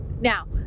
Now